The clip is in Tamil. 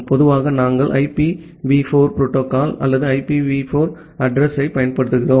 பொதுவாக நாங்கள் IPv4 புரோட்டோகால் அல்லது IPv4 அட்ரஸ் யைப் பயன்படுத்துகிறோம்